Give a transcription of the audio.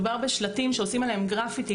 מדובר בשלטים שעושים עליהם גרפיטי,